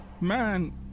man